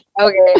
okay